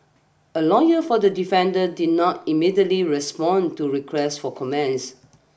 a lawyer for the defendant did not immediately respond to requests for comments